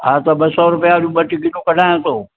हा त ॿ सौ रुपिया वारियूं ॿ टिकेटूं कढायां थो